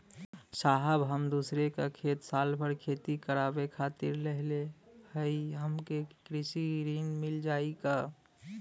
साहब हम दूसरे क खेत साल भर खेती करावे खातिर लेहले हई हमके कृषि ऋण मिल जाई का?